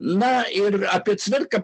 na ir apie cvirką